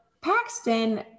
Paxton